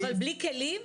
אבל בלי כלים?